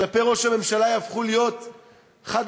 כלפי ראש הממשלה יהפכו להיות חד-משמעיים